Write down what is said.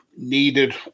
Needed